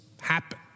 happen